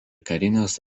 karinis